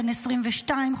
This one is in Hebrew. בן 22,